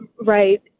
Right